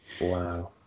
Wow